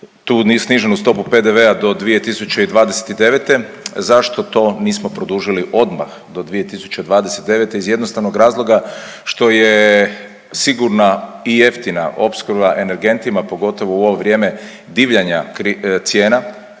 tu sniženu stopu PDV-a do 2029. zašto to nismo produžili odmah do 2029. iz jednostavnog razloga što je sigurna i jeftina opskrba energentima, pogotovo u ovo vrijeme divljanja cijena